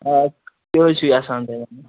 آ کیٛاہ حظ چھِو یژھان تُہۍ ونُن